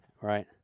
Right